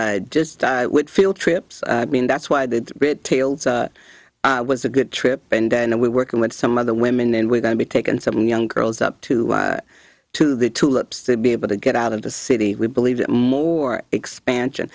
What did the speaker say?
i just would field trips i mean that's why the red tailed it was a good trip and then we're working with some other women and we're going to be taken some young girls up to to the tulips to be able to get out of the city we believe that more expansion